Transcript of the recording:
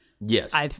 Yes